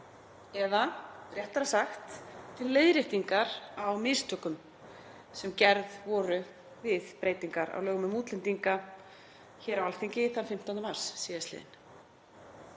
eða réttara sagt til leiðréttingar á mistökum sem gerð voru við breytingar á lögum um útlendinga hér á Alþingi þann 15. mars síðastliðinn.